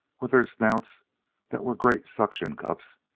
with their snouts that were great suction-cups,